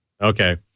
Okay